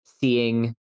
Seeing